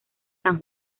san